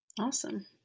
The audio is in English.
Awesome